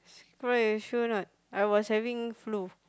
eh sure or not I was having flu